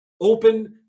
Open